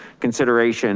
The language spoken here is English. consideration